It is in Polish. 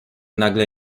nagle